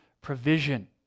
provision